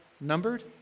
numbered